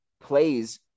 plays